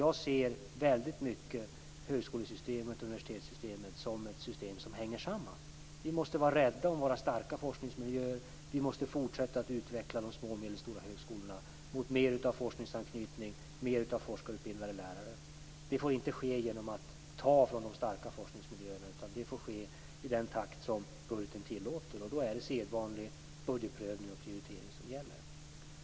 Jag ser högskolesystemet och universitetssystemet som ett system som hänger samman. Vi måste vara rädda om våra starka forskningsmiljöer. Vi måste fortsätta att utveckla de små och medelstora högskolorna mot mer forskningsanknytning och fler forskarutbildade lärare. Det får inte ske genom att man tar från de starka forskningsmiljöerna, utan det får ske i den takt som budgeten tillåter. Då är det sedvanlig budgetprövning och prioritering som gäller.